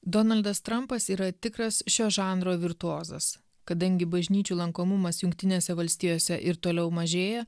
donaldas trumpas yra tikras šio žanro virtuozas kadangi bažnyčių lankomumas jungtinėse valstijose ir toliau mažėja